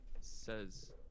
says